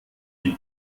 die